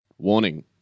Warning